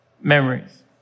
memories